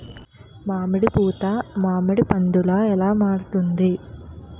మామిడి పూత మామిడి పందుల ఎలా మారుతుంది?